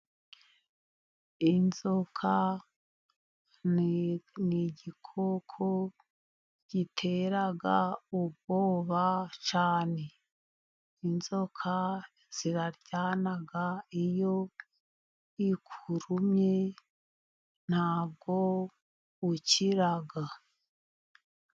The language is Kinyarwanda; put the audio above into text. Inzoka ni igikoko gitera ubwoba cyane; inzoka ziraryana iyo ikurumye ntago ukirara.